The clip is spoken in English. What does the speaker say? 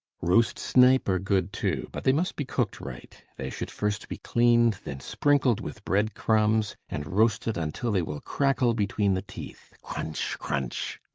roast snipe are good too, but they must be cooked right. they should first be cleaned, then sprinkled with bread crumbs, and roasted until they will crackle between the teeth crunch, crunch!